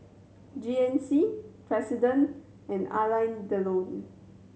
G N C President and Alain Delon